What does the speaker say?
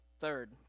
Third